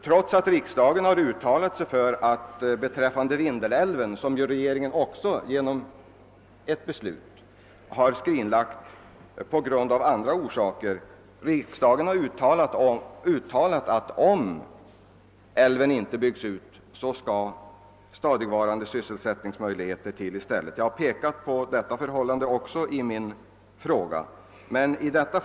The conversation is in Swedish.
Trots att riksdagen beträffande Vindelälven — ett projekt som ju regeringen av andra orsaker beslutat skrinlägga — har uttalat, att om älven inte byggs ut skall stadigvarande sysselsättningsmöjligheter skapas på annat sätt vill regeringen inte göra någonting. Jag har i min fråga även berört detta.